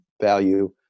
value